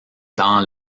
dans